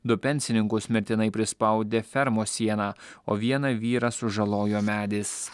du pensininkus mirtinai prispaudė fermos siena o vieną vyrą sužalojo medis